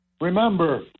remember